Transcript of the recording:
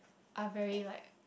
are very like